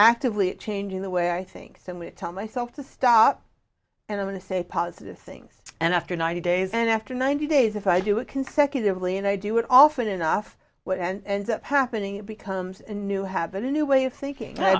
actively changing the way i think so much to tell myself to stop and i want to say positive things and after ninety days and after ninety days if i do it consecutively and i do it often enough what end up happening it becomes a new habit a new way of thinking